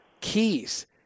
keys